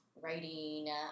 writing